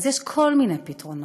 אז יש כל מיני פתרונות,